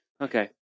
Okay